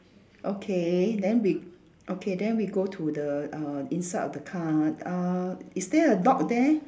okay then we okay then we go to the err inside of the car uh is there a dog there